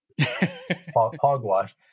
hogwash